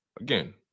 Again